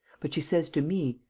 but she says to me,